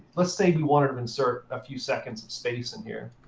let's say you wanted to insert a few seconds of space in here,